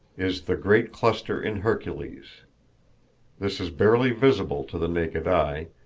is the great cluster in hercules this is barely visible to the naked eye,